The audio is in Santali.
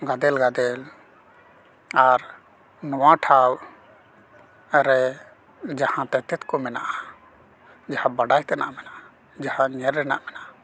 ᱜᱟᱫᱮᱞ ᱜᱟᱫᱮᱞ ᱟᱨ ᱱᱚᱣᱟ ᱴᱷᱟᱶ ᱨᱮ ᱡᱟᱦᱟᱸ ᱛᱮᱛᱮᱫ ᱠᱚ ᱢᱮᱱᱟᱜᱼᱟ ᱡᱟᱦᱟᱸ ᱵᱟᱰᱟᱭ ᱛᱮᱱᱟᱜ ᱢᱮᱱᱟᱜᱼᱟ ᱡᱟᱦᱟᱸ ᱧᱮᱞ ᱨᱮᱱᱟᱜ ᱢᱮᱱᱟᱜᱼᱟ